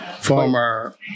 former